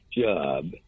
job